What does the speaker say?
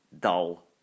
Dull